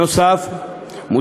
נוסף על כך,